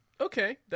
okay